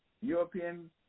European